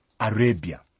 Arabia